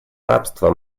рабства